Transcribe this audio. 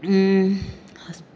ഹസ്